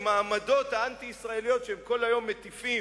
עם העמדות האנטי-ישראליות שהם כל היום מטיפים,